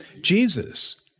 Jesus